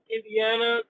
Indiana